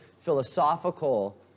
philosophical